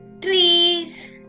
trees